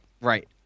right